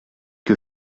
que